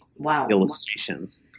illustrations